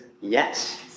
yes